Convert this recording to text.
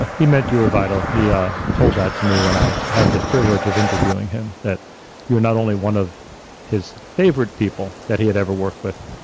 ah he meant you were vital. he um told that to me when i had the privilege of interviewing him that you're not only one of his favorite people that he had ever worked with,